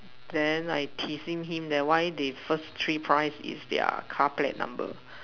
then I teasing him then why their first three prize is their car plate number